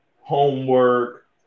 homework